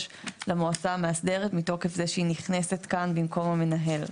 למועצה המאסדרת מתוקף זה שהיא נכנסת כאן במקום המנהל.